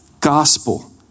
gospel